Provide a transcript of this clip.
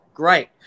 Great